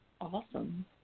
Awesome